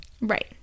Right